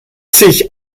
sich